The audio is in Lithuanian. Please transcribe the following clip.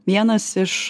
vienas iš